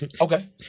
Okay